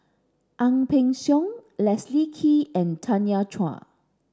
Ang Peng Siong Leslie Kee and Tanya Chua